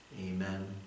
Amen